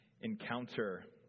encounter